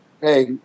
Hey